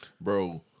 Bro